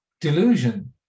delusion